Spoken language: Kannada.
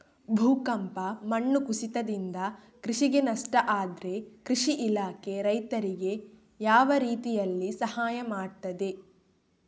ಭೂಕಂಪ, ಮಣ್ಣು ಕುಸಿತದಿಂದ ಕೃಷಿಗೆ ನಷ್ಟ ಆದ್ರೆ ಕೃಷಿ ಇಲಾಖೆ ರೈತರಿಗೆ ಯಾವ ರೀತಿಯಲ್ಲಿ ಸಹಾಯ ಮಾಡ್ತದೆ?